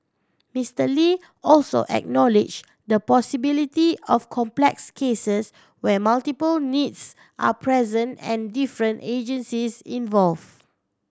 Mister Lee also acknowledge the possibility of complex cases where multiple needs are present and different agencies involve